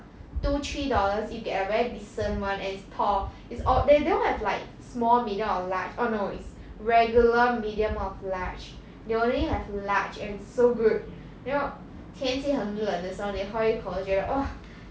two three dollars if they are very decent [one] and it's tall is all they don't have like small middle or large orh no it's regular medium or large they only have large and so good you know 天气很冷的时候你喝一口就觉得哇